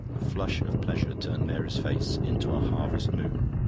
a flush of pleasure turned mary's face into a harvest moon.